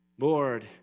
Lord